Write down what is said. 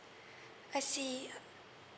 I see uh